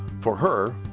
for her,